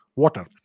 water